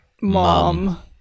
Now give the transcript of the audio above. Mom